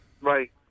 Right